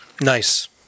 Nice